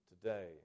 today